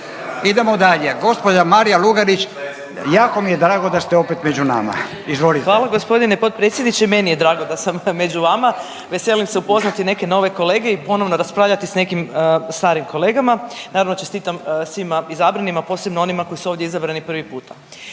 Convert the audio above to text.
Idemo dalje. Gospođa Marija Lugarić. Jako mi je drago da ste opet među nama. **Lugarić, Marija (SDP)** Hvala gospodine potpredsjedniče. I meni je drago da sam među vama. Veselim se upoznati neke nove kolege i ponovno raspravljati sa nekim starim kolegama. Naravno čestitam svima izabranima posebno onima koji su ovdje izabrani prvi puta.